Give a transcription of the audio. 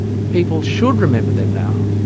people should remember them now,